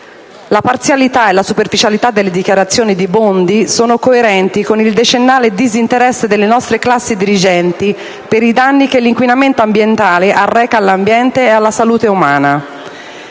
La parzialità e la superficialità delle dichiarazioni di Bondi sono coerenti con il decennale disinteresse delle nostre classi dirigenti per i danni che l'inquinamento ambientale arreca all'ambiente e alla salute umana.